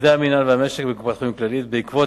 עובדי המינהל והמשק בקופת-חולים "כללית" בעקבות